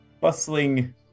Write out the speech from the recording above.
bustling